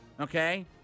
okay